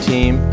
Team